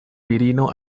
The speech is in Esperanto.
virino